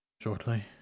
Shortly